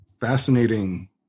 fascinating